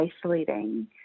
isolating